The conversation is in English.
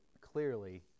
clearly